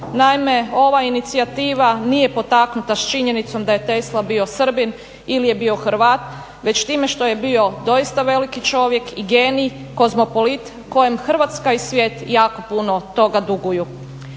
Naime, ova inicijativa nije potaknuta s činjenicom da je Tesla bio Srbin ili je bio Hrvat, već time što je bio doista veliki čovjek i genij, kozmopolit kojem Hrvatska i svijet jako puno toga duguju.